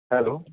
hello